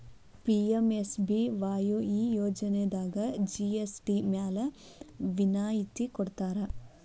PMSBY ಈ ಯೋಜನಾದಾಗ GST ಮ್ಯಾಲೆ ವಿನಾಯತಿ ಕೊಡ್ತಾರಾ